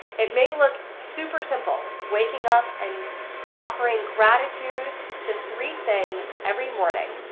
it may look super simple waking up and offering gratitude to three things every morning.